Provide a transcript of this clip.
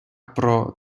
про